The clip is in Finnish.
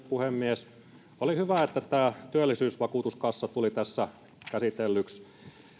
puhemies oli hyvä että tämä työllisyysvakuutuskassa tuli tässä käsitellyksi